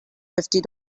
fifty